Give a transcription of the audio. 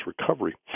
recovery